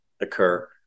occur